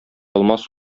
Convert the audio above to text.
алмас